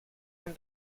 and